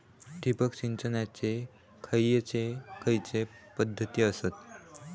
ठिबक सिंचनाचे खैयचे खैयचे पध्दती आसत?